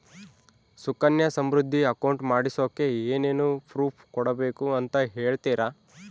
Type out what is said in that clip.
Sukanya Samriddhi account ಮಾಡಿಸೋಕೆ ಏನೇನು proof ಕೊಡಬೇಕು ಅಂತ ಹೇಳ್ತೇರಾ?